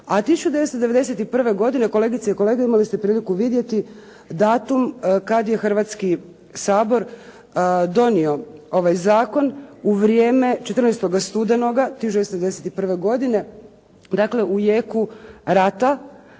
A 1991. godine, kolegice i kolege, imali ste priliku vidjeti datum kad je Hrvatski sabor donio ovaj zakon u vrijeme 14. studenoga 1991. godine, dakle u jeku rata.